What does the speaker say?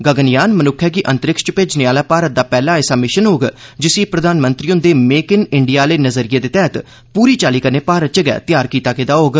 गगनयान मनुक्खै च अंतरिक्ष च भेजने आहला भारत दा पैहला ऐसा भिशन होग जिसी प्रधानमंत्री हुंदे 'भेक इन इंडिया' आह्ले नजरिये दे तैहत पूरी चाल्ली कन्नै भारत च गै तैयार कीता गेदा होग